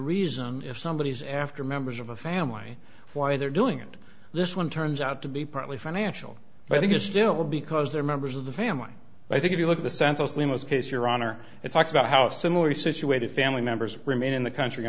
reason if somebody is after members of a family why they're doing it this one turns out to be partly financial but i think it's still because there are members of the family i think if you look at the senselessly most case your honor it's about how similarly situated family members remain in the country